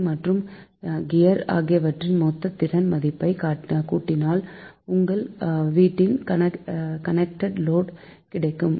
C மற்றும் geyser ஆகியவற்றின் மொத்த திறன் மதிப்பை கூட்டினால் உங்கள் வீட்டின் கனெக்டெட் லோடு கிடைக்கும்